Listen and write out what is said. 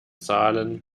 zahlen